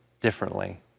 differently